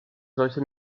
solche